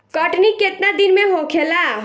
कटनी केतना दिन में होखेला?